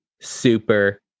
super